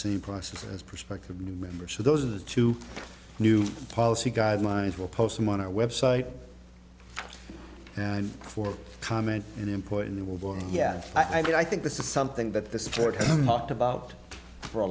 same process as prospective new member so those are the two new policy guidelines will post them on our website and for comment and importantly will be yeah i think this is something that the support mucked about for a